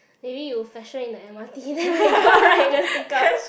maybe you fashion in the M_R_T then when you go out right just take out